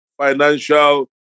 financial